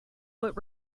what